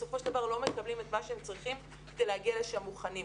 בסופו של דבר לא מקבלים את מה שהם צריכים כדי להגיע לשם מוכנים.